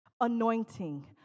Anointing